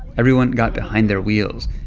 everyone got behind their wheels.